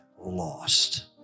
lost